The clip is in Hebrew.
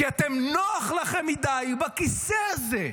כי נוח לכם מדי בכיסא הזה.